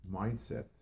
mindset